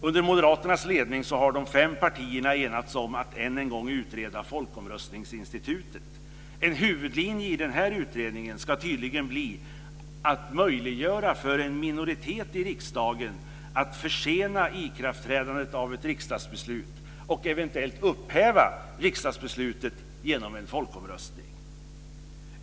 Under moderaternas ledning har de fem partierna enats om att än en gång utreda folkomröstningsinstitutet. En huvudlinje ska tydligen bli att möjliggöra för en minoritet i riksdagen att försena ikraftträdandet av ett riksdagsbeslut och eventuellt upphäva riksdagsbeslutet genom en folkomröstning.